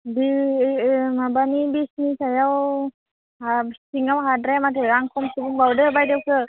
बि माबानि बिसनि सिङाव हाद्राया माथो आं खमसो बुंबावदो बायद'खो